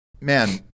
man